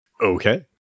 Okay